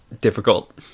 difficult